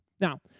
Now